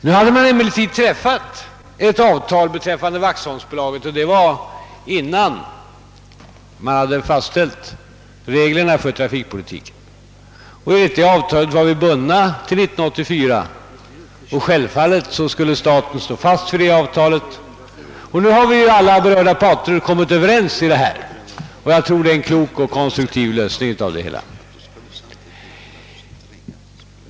Nu hade det emellertid träffats ett avtal rörande vaxholmstrafiken, och det var innan reglerna för trafikpolitiken hade fastställts. Enligt det avtalet var vi bundna till år 1984. Självfallet skulle staten stå fast vid avtalet. Alla berörda parter har nu också kommit överens i frågan, och jag tror att den lösning som nåtts är klok och konstruktiv.